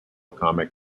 comic